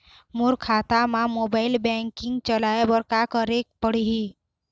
मोर खाता मा mobile banking चलाए बर का करेक पड़ही?